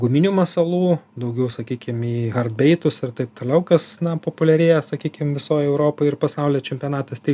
o guminių masalų daugiau sakykim į breitus ir taip toliau kas na populiarėja sakykim visoj europoj ir pasaulio čempionatuose tai